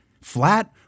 flat